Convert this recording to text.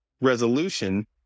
resolution